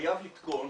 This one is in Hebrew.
וחייב לתקון